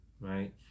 Right